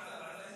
ועדה.